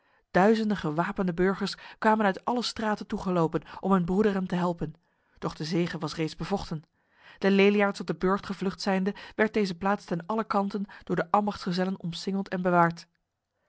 duizenden gewapende burgers kwamen uit alle straten toegelopen om hun broederen te helpen doch de zege was reeds bevochten de leliaards op de burcht gevlucht zijnde werd deze plaats ten allen kanten door de ambachtsgezellen omsingeld en bewaard